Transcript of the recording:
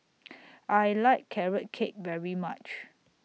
I like Carrot Cake very much